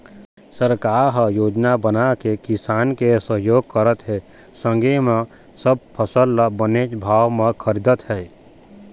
सरकार ह योजना बनाके किसान के सहयोग करत हे संगे म सब फसल ल बनेच भाव म खरीदत हे